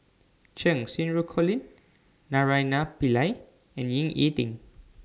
Cheng Xinru Colin Naraina Pillai and Ying E Ding